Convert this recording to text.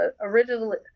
originally